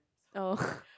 oh